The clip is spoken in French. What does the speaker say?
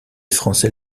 français